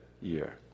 year